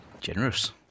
Generous